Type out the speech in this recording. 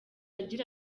agira